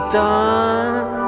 done